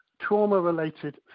Trauma-related